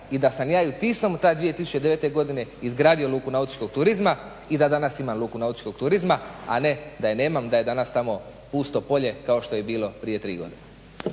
i da sam ja u Tisnom tad 2009. godine izgradio luku nautičkog turizma, i da danas imam luku nautičkog turizma, a ne da je nemam, da je danas tamo pusto polje kao što je bilo prije 3 godine.